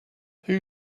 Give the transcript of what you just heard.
who